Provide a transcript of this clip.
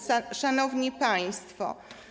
Szanowni Państwo!